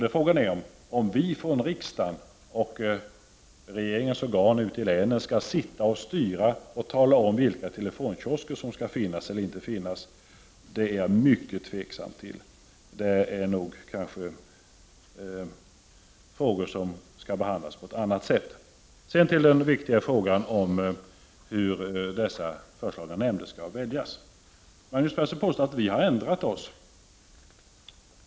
Men frågan är om vi från riksdagen och från regeringsorgan ute i länen skall tala om vilka telefonkiosker som skall finnas kvar — det är jag mycket tveksam till. De frågorna skall nog handläggas på annat sätt. Sedan till den viktiga frågan, hur de föreslagna nämnderna skall väljas. Magnus Persson påstod att vi har ändrat oss.